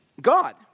God